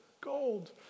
Gold